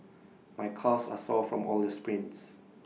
my calves are sore from all the sprints